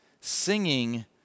singing